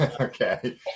okay